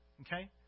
Okay